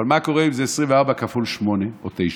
אבל מה קורה אם זה 24 כפול 8 או 9?